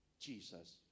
Jesus